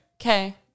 Okay